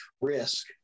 risk